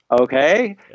okay